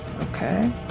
Okay